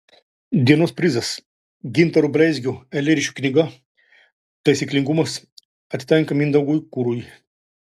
dienos prizas gintaro bleizgio eilėraščių knyga taisyklingumas atitenka mindaugui kurui